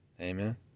Amen